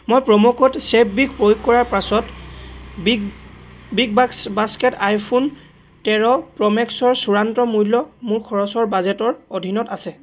মই promo code চেভবিগ প্ৰয়োগ কৰাৰ পাছত বিগবাস্কেটত আইফোন তেৰ প্ৰ'মেক্সৰ চূড়ান্ত মূল্য মোৰ খৰচৰ বাজেটৰ অধীনত আছে